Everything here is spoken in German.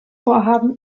vorhaben